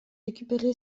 récupéré